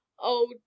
Oh